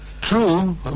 True